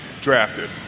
drafted